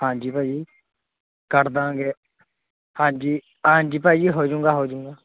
ਹਾਂਜੀ ਭਾ ਜੀ ਕੱਟਦਾਂਗੇ ਹਾਂਜੀ ਹਾਂਜੀ ਭਾਜੀ ਹੋਜੂਗਾ ਹੋਜੂਗਾ